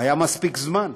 היה מספיק זמן.